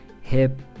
hip